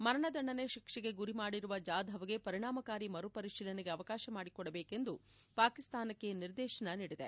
ಮರಣದಂಡನೆ ಶಿಕ್ಷೆಗೆ ಗುರಿ ಮಾಡಿರುವ ಜಾಧವ್ಗೆ ಪರಿಣಾಮಕಾರಿ ಮರುಪರಿಶೀಲನೆಗೆ ಅವಕಾಶ ಮಾಡಿಕೊಡಬೇಕೆಂದು ಪಾಕಿಸ್ತಾನಕ್ಕೆ ನಿರ್ದೇಶನ ನೀಡಿದೆ